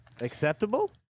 acceptable